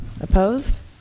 Opposed